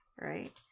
right